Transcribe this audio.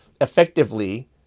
effectively